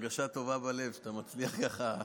זה באמת נותן איזו הרגשה טובה בלב שאתה מצליח כך.